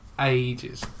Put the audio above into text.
ages